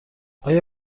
آیا